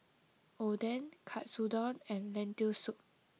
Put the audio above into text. Oden Katsudon and Lentil soup